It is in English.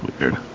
weird